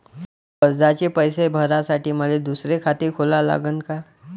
कर्जाचे पैसे भरासाठी मले दुसरे खाते खोला लागन का?